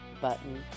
button